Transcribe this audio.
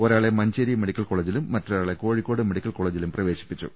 ഒരാളെ മഞ്ചേരി മെഡിക്കൽ കോളേജിലും മറ്റൊരാളെ കോഴിക്കോട് മെഡിക്കൽ കോളേജിലും പ്രവേശിപ്പിച്ചു